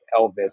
Elvis